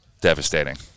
devastating